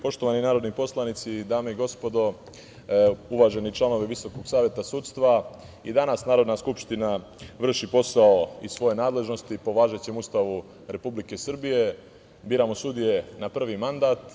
Poštovani narodni poslanici, dame i gospodo, uvaženi članovi Visokog saveta sudstva, i danas Narodna skupština vrši posao iz svoje nadležnosti po važećem Ustavu Republike Srbije, biramo sudije na prvi mandat.